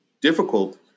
difficult